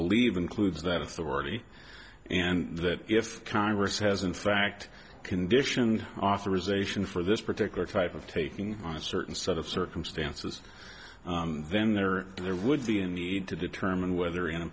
believe includes that authority and that if congress has in fact conditioned authorisation for this particular type of taking on a certain set of circumstances then there there would be a need to determine whether